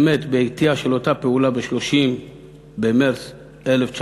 באמת בעטייה של אותה פעולה, ב-30 במרס 1978,